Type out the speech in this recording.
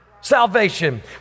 salvation